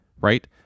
right